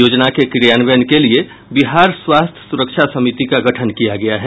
योजना के क्रियान्वयन के लिये बिहार स्वास्थ्य सुरक्षा समिति का गठन किया गया है